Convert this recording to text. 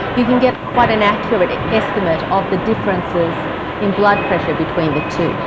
you can get quite an accurate estimate of the differences in blood pressure between the two.